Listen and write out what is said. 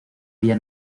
vía